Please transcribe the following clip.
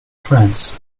france